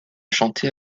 chanté